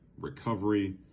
recovery